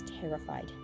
terrified